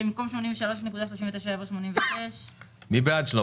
במקום 72 --- יבוא 78. מי בעד?